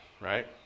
right